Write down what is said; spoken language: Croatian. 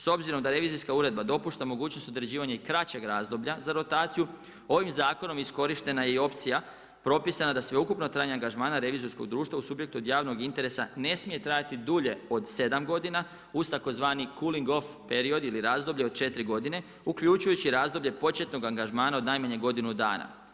S obzirom da revizorska uredba dopušta mogućnost određivanja i kraćeg razdoblja za rotaciju, ovim zakonom iskorištena je i opcija propisana da sveukupno trajanja angažmana revizorskog društva u subjektu od javnog interesa, ne smije trajati dulje od sedam godina, uz tzv. cooling off period ili razdoblje od četiri godine, uključujući razdoblje početnog angažmana od najmanje godinu dana.